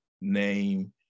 name